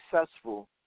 successful